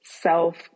self